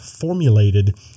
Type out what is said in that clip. formulated